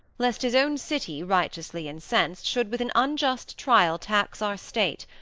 lest his own city, righteously incensed, should with an unjust trial tax our state,